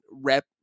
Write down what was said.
rep